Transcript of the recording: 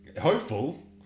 Hopeful